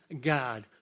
God